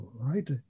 right